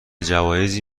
جوایزی